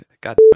god